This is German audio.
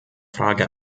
frage